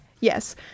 yes